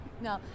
No